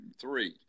three